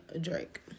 Drake